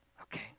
Okay